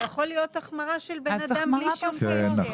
יכולה להיות החמרה של בן אדם בלי שום קשר.